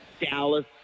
Dallas